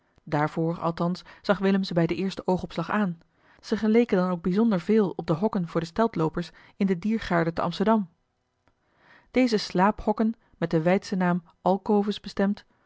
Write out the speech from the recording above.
daarvoor althans zag willem ze bij den eersten oogopslag aan ze geleken dan ook bijzonder veel op de hokken voor de steltloopers in de diergaarde te amsterdam deze slaaphokken met den wijdschen naam alcoves